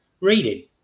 reading